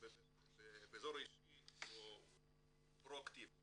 באזור האישי או פרו אקטיבה,